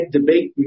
debate